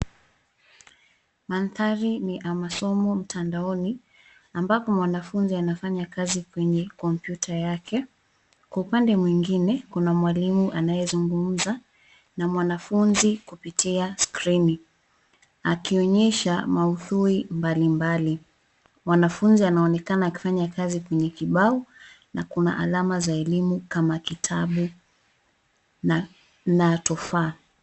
Mandhari ni ya masomo mtandaoni ambapo mwanafunzi anafanya kazi kwenye kompyuta yake. Kwa upande mwingine kuna mwalimu anayezungumza na mwanafunzi kupitia skrini akionyesha maudhui mbalimbali. Mwanafunzi anaonekana akifanya kazi kwenye kibao na kuna alama za elimu kama kitabu na tufaha.